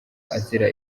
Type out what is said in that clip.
azira